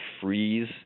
freeze